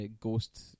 ghost